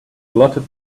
allotted